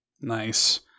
Nice